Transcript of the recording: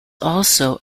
also